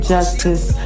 Justice